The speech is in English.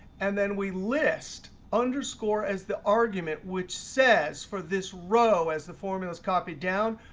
and then we list underscore as the argument, which says for this row as the formula's copied down,